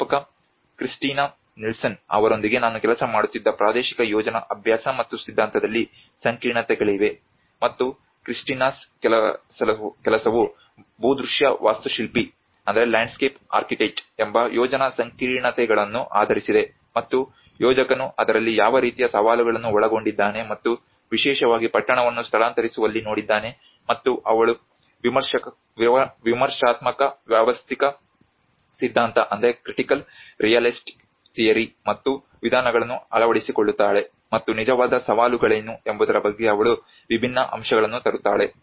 ಪ್ರಾಧ್ಯಾಪಕ Christina Nilsson ಅವರೊಂದಿಗೆ ನಾನು ಕೆಲಸ ಮಾಡುತ್ತಿದ್ದ ಪ್ರಾದೇಶಿಕ ಯೋಜನಾ ಅಭ್ಯಾಸ ಮತ್ತು ಸಿದ್ಧಾಂತದಲ್ಲಿ ಸಂಕೀರ್ಣತೆಗಳಿವೆ ಮತ್ತು ಕ್ರಿಸ್ಟಿನಾಸ್ ಕೆಲಸವು ಭೂದೃಶ್ಯ ವಾಸ್ತುಶಿಲ್ಪಿ ಎಂಬ ಯೋಜನಾ ಸಂಕೀರ್ಣತೆಗಳನ್ನು ಆಧರಿಸಿದೆ ಮತ್ತು ಯೋಜಕನು ಅದರಲ್ಲಿ ಯಾವ ರೀತಿಯ ಸವಾಲುಗಳನ್ನು ಒಳಗೊಂಡಿದ್ದಾನೆ ಮತ್ತು ವಿಶೇಷವಾಗಿ ಪಟ್ಟಣವನ್ನು ಸ್ಥಳಾಂತರಿಸುವಲ್ಲಿ ನೋಡಿದ್ದಾನೆ ಮತ್ತು ಅವಳು ವಿಮರ್ಶಾತ್ಮಕ ವಾಸ್ತವಿಕ ಸಿದ್ಧಾಂತ ಮತ್ತು ವಿಧಾನಗಳನ್ನು ಅಳವಡಿಸಿಕೊಳ್ಳುತ್ತಾಳೆ ಮತ್ತು ನಿಜವಾದ ಸವಾಲುಗಳೇನು ಎಂಬುದರ ಬಗ್ಗೆ ಅವಳು ವಿಭಿನ್ನ ಅಂಶಗಳನ್ನು ತರುತ್ತಾಳೆ